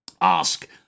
ask